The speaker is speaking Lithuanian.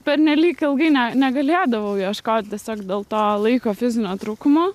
pernelyg ilgai ne negalėdavau ieškot tiesiog dėl to laiko fizinio trūkumo